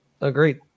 agreed